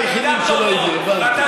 הם היחידים שלא הדליפו, הבנתי.